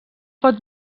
pot